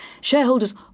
shareholders